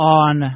on